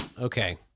Okay